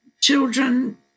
children